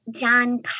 John